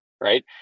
Right